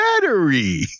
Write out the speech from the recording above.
battery